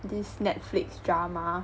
this Netflix drama